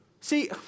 See